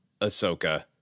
Ahsoka